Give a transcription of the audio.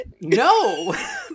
No